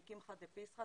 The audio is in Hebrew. קמחא דפסחא,